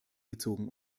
gezogen